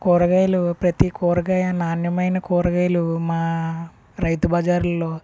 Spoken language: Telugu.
కూరగాయలు ప్రతి కూరగాయ నాణ్యమైన కూరగాయలు మా రైతు బజారుల్లో